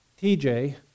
TJ